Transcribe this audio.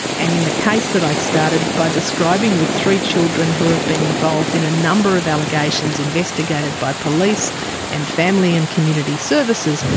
and in the case that i started by describing with three children who have been involved in a number of allegations investigated by police and family and community services,